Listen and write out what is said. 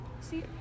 See